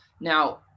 Now